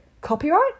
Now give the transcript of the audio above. Copyright